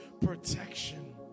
protection